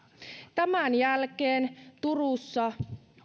tämän jälkeen turussa